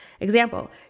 example